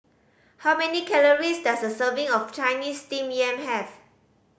how many calories does a serving of Chinese Steamed Yam have